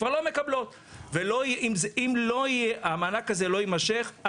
ואם המענק הזה לא יימשך,